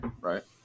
Right